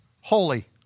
holy